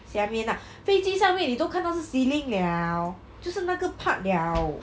下面 lah 飞机上面你都看见是 ceiling liao 就是那个 part liao